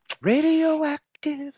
Radioactive